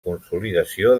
consolidació